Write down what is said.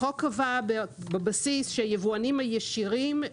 החוק קבע בבסיס שהיבואנים הישירים,